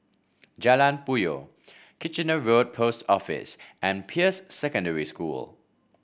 Jalan Puyoh Kitchener Road Post Office and Peirce Secondary School